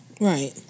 Right